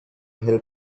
help